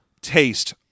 taste